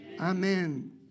Amen